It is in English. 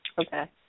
Okay